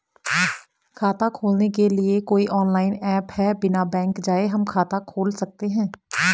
खाता खोलने के लिए कोई ऑनलाइन ऐप है बिना बैंक जाये हम खाता खोल सकते हैं?